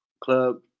club